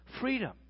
freedom